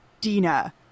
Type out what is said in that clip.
dina